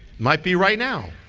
might be right now.